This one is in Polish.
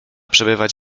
przebywać